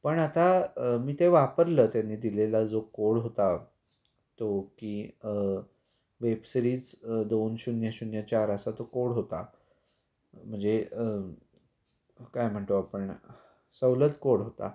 पण आता मी ते वापरलं त्यानी दिलेला जो कोड होता तो की वेबसिरीज दोन शून्य शून्य चार असा तो कोड होता म्हणजे काय म्हणतो आपण सवलत कोड होता